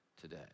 today